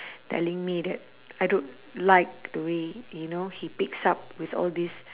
telling me that I don't like the way you know he picks up with all this